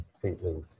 completely